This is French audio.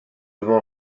devant